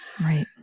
Right